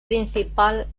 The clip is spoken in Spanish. principal